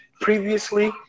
previously